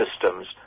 systems